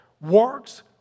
Works